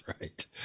right